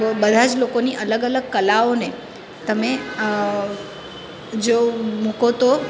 બ બધા જ લોકોની અલગ અલગ કલાઓને તમે જો મૂકો તો